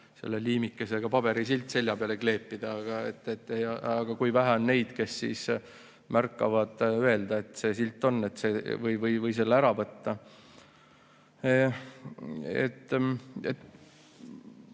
see liimikesega pabersilt selja peale kleepida, aga kui vähe on neid, kes märkavad öelda, et see silt seal on, või selle ära võtta.